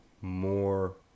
more